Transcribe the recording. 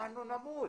אנחנו נמות.